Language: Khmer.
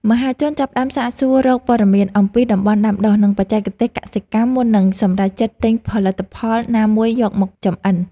មហាជនចាប់ផ្តើមសាកសួររកព័ត៌មានអំពីតំបន់ដាំដុះ និងបច្ចេកទេសកសិកម្មមុននឹងសម្រេចចិត្តទិញផលិតផលណាមួយយកមកចម្អិន។